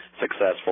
successful